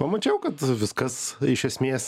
pamačiau kad viskas iš esmės